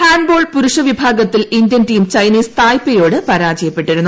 handball പുരുഷവിഭാഗത്തിൽ Indian team Chinese തായ്പേയോട് പരാജയപ്പെട്ടിരുന്നു